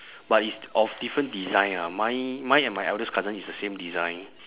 but it's of different design ah mine mine and my eldest cousin is the same design